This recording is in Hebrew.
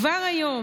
כבר היום,